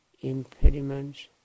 impediments